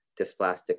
dysplastic